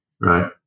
Right